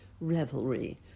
revelry